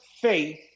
faith